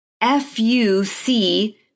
F-U-C